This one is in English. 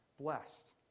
blessed